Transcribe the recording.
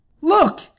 Look